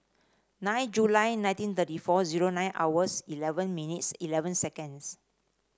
nine July nineteen thirty four zero nine hours eleven minutes eleven seconds